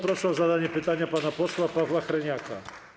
Proszę o zadanie pytania pana posła Pawła Hreniaka.